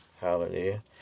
hallelujah